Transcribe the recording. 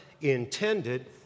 intended